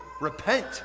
repent